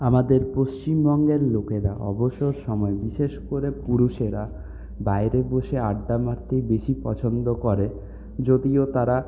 আমাদের পশ্চিমবঙ্গের লোকেরা অবসর সময়ে বিশেষ করে পুরুষেরা বাইরে বসে আড্ডা মারতেই বেশি পছন্দ করে যদিও তারা